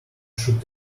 should